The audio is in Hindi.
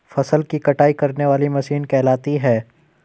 फसल की कटाई करने वाली मशीन कहलाती है?